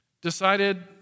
decided